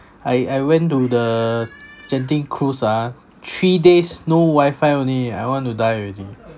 I I went to the Genting cruise ah three days no wifi only I want to die already